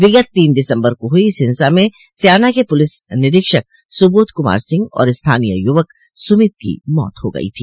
विगत तीन दिसम्बर को हुई इस हिंसा में स्याना के पुलिस निरीक्षक सुबोध कुमार सिंह और स्थानीय युवक सुमित की मौत हो गई थी